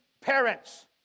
parents